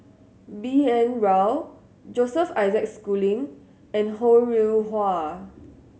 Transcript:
B N Rao Joseph Isaac Schooling and Ho Rih Hwa